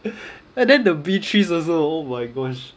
and then the beatrice also oh my gosh